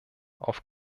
auf